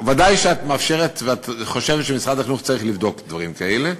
ודאי שאת מאפשרת ואת חושבת שמשרד החינוך צריך לבדוק דברים כאלה.